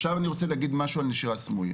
עכשיו אני רוצה לדבר על נשירה סמויה.